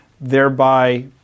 thereby